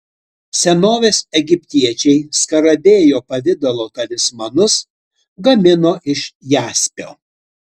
senovės egiptiečiai skarabėjo pavidalo talismanus gamino iš jaspio